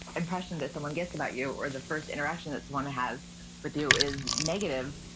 impression that someone gets about you or the first interaction that someone has with you is negative,